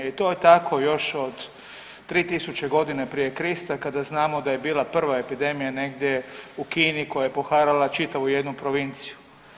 I to je tako još od 3.000 godina prije Krista, kada znamo da je bila prva epidemija negdje u Kini koja je poharala čitavu jednu provinciju.